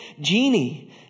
genie